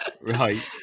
Right